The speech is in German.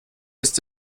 ist